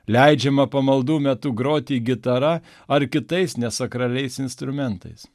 leidžiama pamaldų metu groti gitara ar kitais nesakraliais instrumentais